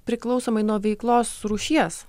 priklausomai veiklos rūšies